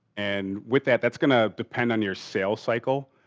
and with that, that's gonna depend on your sales cycle,